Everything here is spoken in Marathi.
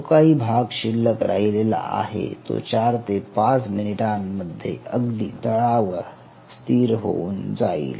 जो काही भाग शिल्लक राहिलेला आहे तो चार ते पाच मिनिटांमध्ये अगदी तळावर ते स्थिर होऊन जाईल